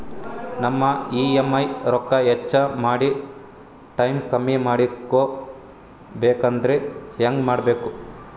ನಮ್ಮ ಇ.ಎಂ.ಐ ರೊಕ್ಕ ಹೆಚ್ಚ ಮಾಡಿ ಟೈಮ್ ಕಮ್ಮಿ ಮಾಡಿಕೊ ಬೆಕಾಗ್ಯದ್ರಿ ಹೆಂಗ ಮಾಡಬೇಕು?